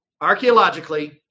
archaeologically